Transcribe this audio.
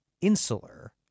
insular